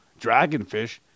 dragonfish